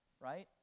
right